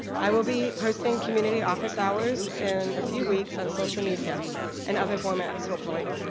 i will be hosting community office hours in a few weeks on social media and other formats, hopefully.